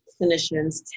clinicians